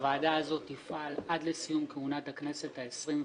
הוועדה הזאת תפעל עד לסיום כהונת הכנסת העשרים-ואחת,